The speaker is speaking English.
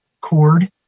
cord